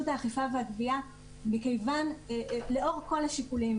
לאכיפה וגבייה מכיוון שלאור כל השיקולים,